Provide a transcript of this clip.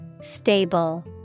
stable